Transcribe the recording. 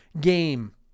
game